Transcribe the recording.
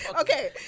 Okay